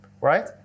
Right